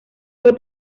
fue